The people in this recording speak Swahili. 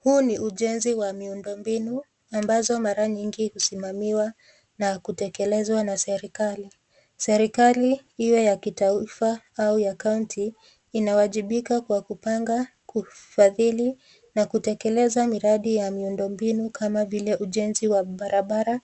Huu ni ujenzi wa miundo mbinu ambazo mara nyingi husimamiwa na kutekelezwa na serikali. Serikali iwe ya kitaifa au county inawajibika kwa kupanga, kufadhili na kutekeleza miradi ya miundo mbinu kama vile ujenzi wa barabara,